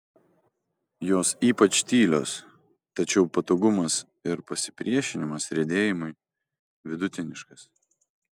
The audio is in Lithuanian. jos ypač tylios tačiau patogumas ir pasipriešinimas riedėjimui vidutiniškas